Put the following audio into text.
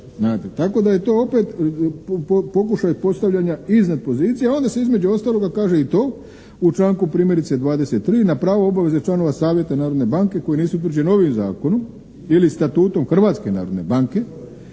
Tako da je to opet pokušaj postavljanja iznad pozicije, onda se između ostaloga kaže i to u članku primjerice 23. na pravo obaveze članova Savjeta Narodne banke koji nisu utvrđeni novim zakonom ili statutom Hrvatske narodne banke